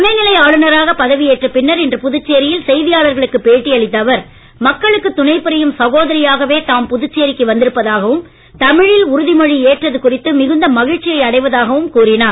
துணைநிலை ஆளுனராக செய்தியாளர்களுக்கு பேட்டி அளித்த அவர் மக்களுக்கு துணை புரியும் சகோதரியாகவே தாம் புதுச்சேரிக்கு வந்திருப்பதாகவும் தமிழில் உறுதி மொழி ஏற்றது குறித்து மிகுந்த மகிழ்ச்சி அடைவதாகவும் கூறினார்